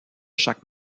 chaque